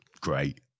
great